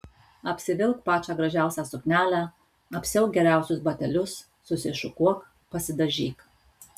apsivilk pačią gražiausią suknelę apsiauk geriausius batelius susišukuok pasidažyk